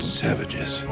savages